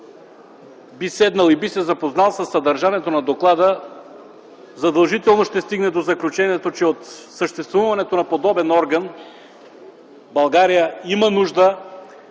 би следвал и би се запознал със съдържанието на доклада, задължително ще стигне до заключението, че от съществуването на подобен орган България има нужда